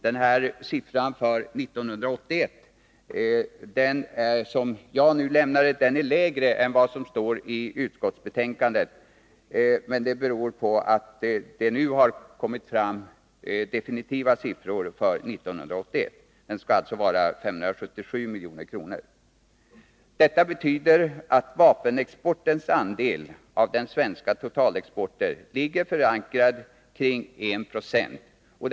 Den siffra för 1981 som jag nu lämnade är lägre än den som finns angiven i utskottsbetänkandet. Det beror på att den definitiva siffran för 1981 nu har kommit fram, och den är alltså 577 milj.kr. Detta betyder att vapenexportens andel av den svenska totalexporten ligger förankrad kring 1 26.